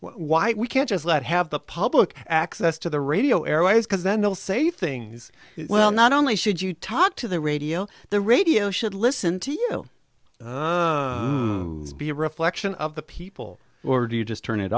why we can't just let have the public access to the radio airwaves because then they'll say things well not only should you talk to the radio the radio should listen to you be a reflection of the people or do you just turn it